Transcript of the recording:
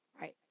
right